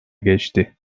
geçti